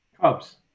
Cubs